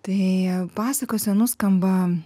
tai pasakose nuskamba